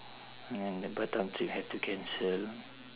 and then the batam trip have to cancel